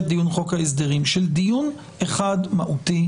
דיון חוק ההסדרים של דיון אחד מהותי